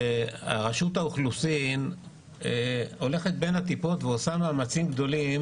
שרשות האוכלוסין הולכת בין הטיפות ועושה מאמצים גדולים